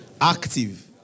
Active